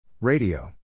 Radio